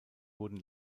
wurden